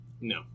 No